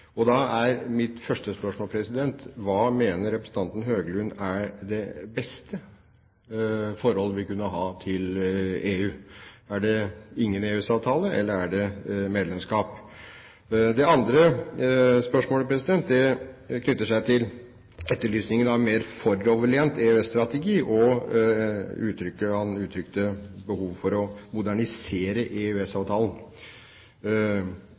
Da er mitt første spørsmål: Hva mener representanten Høglund er det beste forhold vi kunne ha til EU? Er det ingen EØS-avtale, eller er det medlemskap? Det andre spørsmålet knytter seg til etterlysningen av mer foroverlent EØS-strategi, og han uttrykte behov for å modernisere